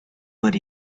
but